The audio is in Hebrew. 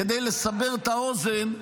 כדי לסבר את האוזן,